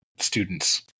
Students